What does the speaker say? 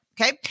Okay